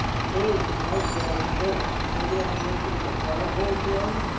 third from lifebuoy soap. remember that commercial with the fog horn blowing?